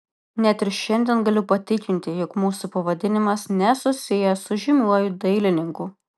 net ir šiandien galiu patikinti jog mūsų pavadinimas nesusijęs su žymiuoju dailininku